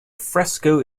fresco